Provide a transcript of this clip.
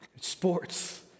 sports